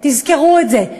תזכרו את זה,